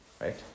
right